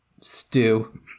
stew